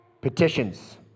Petitions